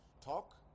talk